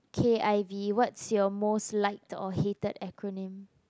K_I_V what's your most liked or hated acronym